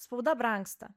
spauda brangsta